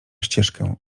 ścieżkę